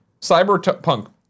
Cyberpunk